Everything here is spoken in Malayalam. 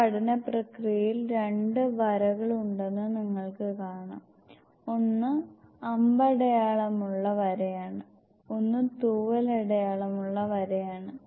ഈ പഠനപ്രക്രിയയിൽ രണ്ട് വരകളുണ്ടെന്ന് നിങ്ങൾക്ക് കാണാം ഒന്ന് അമ്പടയാളമുള്ള വരയാണ് ഒന്ന് തൂവൽ അടയാളമുള്ള വരയാണ്